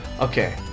Okay